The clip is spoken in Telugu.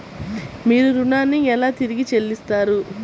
మీరు ఋణాన్ని ఎలా తిరిగి చెల్లిస్తారు?